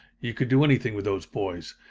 you could do anything with those boys.